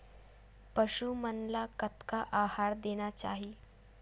पशु मन ला कतना आहार देना चाही?